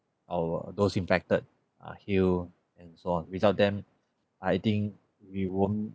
our those infected uh ill and so on without them I think we won't